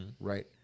right